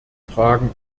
fragen